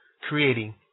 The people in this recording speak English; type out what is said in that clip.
creating